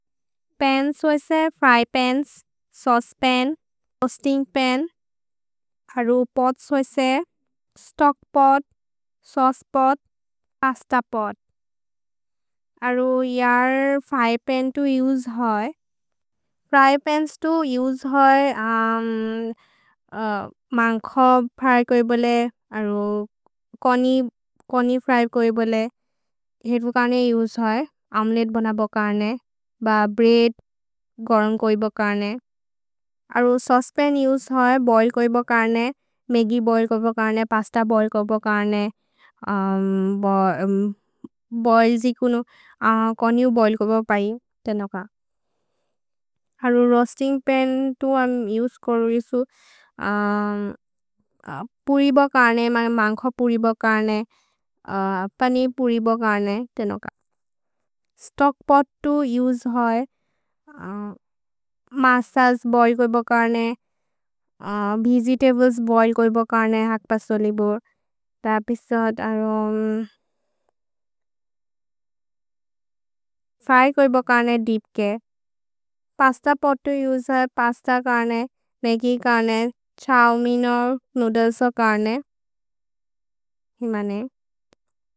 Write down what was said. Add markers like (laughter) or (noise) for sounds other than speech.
पन्, sauce pan, roasting pan, pot, stock pot, sauce pot, pasta pot अरु यार् fry pan तु उसे होइ फ्र्य् पन्स् तु उसे होइ (hesitation) मान्ग् खोब् फ्र्य् कोइ बोले अरु (hesitation) कनि फ्र्य् कोइ बोले। हितु कर्ने उसे होइ ओमेलेत्ते बन बकर्ने ब ब्रेअद् गरम् कोइ बकर्ने अरु सौचे पन् उसे होइ बोइल् कोइ बकर्ने मग्गि बोइल् कोइ बकर्ने पस्त। (hesitation) भोइल् कोइ बकर्ने बोइल् जि कुनु कनि बोले कोइ बकर्ने अरु रोअस्तिन्ग् पन् तु उसे होइ (hesitation) पुरि बकर्ने मान्ग् खोब् पुरि बकर्ने पने। पुरि बकर्ने स्तोच्क् पोत् तु उसे होइ (hesitation) मसल बोइल् कोइ बकर्ने वेगेतब्लेस् बोइल् कोइ बकर्ने (hesitation) फ्र्य् कोइ बकर्ने दिप् के पस्त पोत् तु। उसे होइ पस्त कर्ने मग्गि कर्ने छोव् मेइनो नूद्लेसो कर्ने (hesitation) हिमने।